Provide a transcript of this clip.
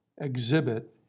exhibit